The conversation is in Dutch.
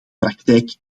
praktijk